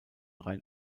rein